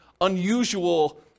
unusual